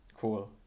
Cool